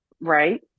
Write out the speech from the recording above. Right